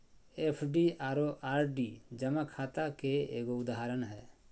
FD आरो RD जमा खाता के एगो उदाहरण हय